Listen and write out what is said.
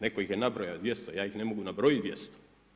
Netko ih je nabrojao 200, ja ih ne mogu nabrojit 200.